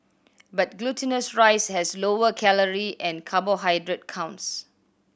but glutinous rice has lower calorie and carbohydrate counts